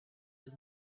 his